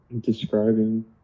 describing